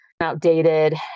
outdated